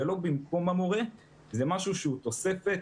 זה לא במקום המורה, זה משהו שהוא תוספת.